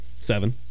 seven